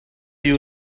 you